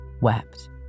wept